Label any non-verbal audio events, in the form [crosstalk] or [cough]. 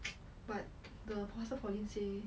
[noise] but the say